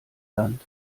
land